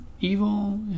evil